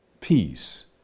peace